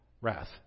wrath